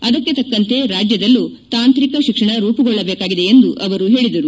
ಅದಕ್ಕೆ ತಕ್ಕಂತೆ ರಾಜ್ಯದಲ್ಲೂ ತಾಂತ್ರಿಕ ಶಿಕ್ಷಣ ರೂಪುಗೊಳ್ಳಬೇಕಾಗಿದೆ ಎಂದು ಅವರು ಹೇಳದರು